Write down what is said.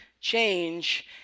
change